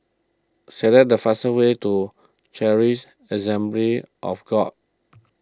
select the fastest way to Charis Assembly of God